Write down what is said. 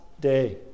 day